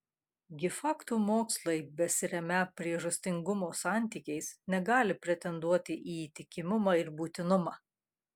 gi faktų mokslai besiremią priežastingumo santykiais negali pretenduoti į įtikimumą ir būtinumą